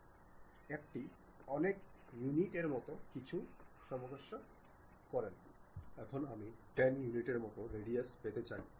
এটি হল সেই সার্কেল যেটা আমি পেতে চাই এবং আমি উপাদানটি পূরণ করতে চাই